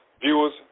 viewers